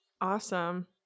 Awesome